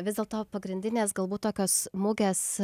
vis dėlto pagrindinės galbūt tokios mugės